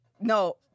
No